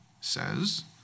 says